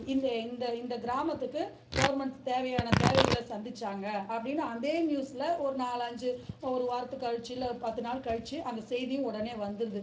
இந்த இந்த இந்த கிராமத்துக்கு கவுர்மெண்ட் தேவையான தேவைகளை சந்திச்சாங்க அப்படின்னு அதே நியூஸில் ஒரு நாலு அஞ்சு ஒரு வாரத்துக்கு கழித்து இல்லை பத்து நாள் கழித்து அந்த செய்தியும் உடனே வந்துருது